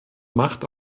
macht